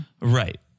Right